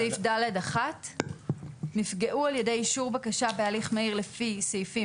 את סעיף ד(1) "נפגעו על ידי אישור בקשה בהליך מהיר לפי סעיפים